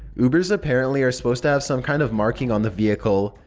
ubers apparently are supposed to have some kind of marking on the vehicle.